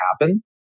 happen